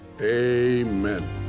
amen